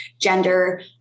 gender